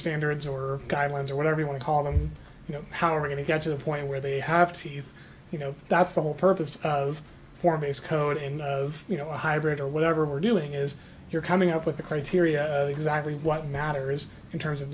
standards or guidelines or whatever you want to call them you know how are we going to get to the point where they have teeth you know that's the whole purpose of for me is coding of you know hybrid or whatever we're doing is you're coming up with the current exactly what matter is in terms of